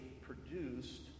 produced